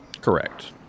Correct